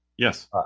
Yes